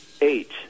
Eight